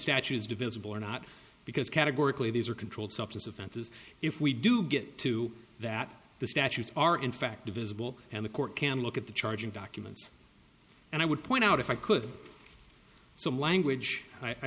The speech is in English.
statute is divisible or not because categorically these are controlled substance offenses if we do get to that the statutes are in fact visible and the court can look at the charging documents and i would point out if i could some language i